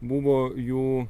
buvo jų